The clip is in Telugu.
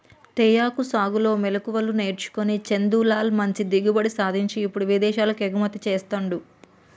తేయాకు సాగులో మెళుకువలు నేర్చుకొని చందులాల్ మంచి దిగుబడి సాధించి ఇప్పుడు విదేశాలకు ఎగుమతి చెస్తాండు